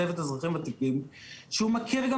צוות האזרחים הוותיקים ושהוא מכיר גם